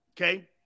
okay